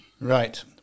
Right